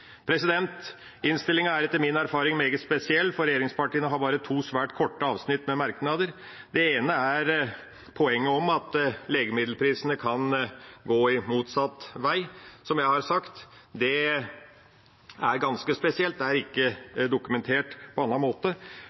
Innstillinga er etter min erfaring meget spesiell, for regjeringspartiene har bare to svært korte avsnitt med merknader. Det ene er poenget om at legemiddelprisene kan gå motsatt vei. Som jeg har sagt: Det er ganske spesielt, det er ikke dokumentert på annen måte.